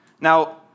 Now